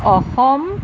Assam